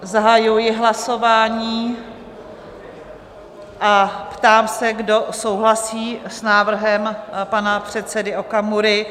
Zahajuji hlasování a ptám se, kdo souhlasí s návrhem pana předsedy Okamury?